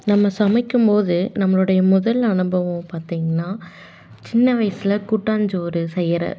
நம்ம சமைக்கும்போது நம்மளுடைய முதல் அனுபவம் பார்த்தீங்கன்னா சின்ன வயசுல கூட்டாஞ்சோறு செய்கிற